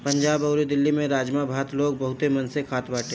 पंजाब अउरी दिल्ली में राजमा भात लोग बहुते मन से खात बाटे